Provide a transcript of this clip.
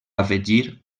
afegir